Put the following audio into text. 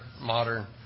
modern